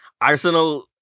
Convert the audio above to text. Arsenal